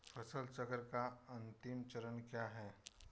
फसल चक्र का अंतिम चरण क्या है?